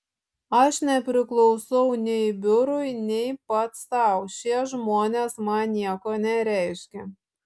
aš nepriklausau nei biurui nei pats sau šie žmonės man nieko nereiškia